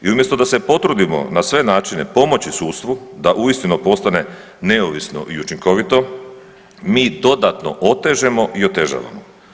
I umjesto da se potrudimo na sve načine pomoći sudstvu da uistinu postane neovisno i učinkovito, mi dodatno otežemo i otežavamo.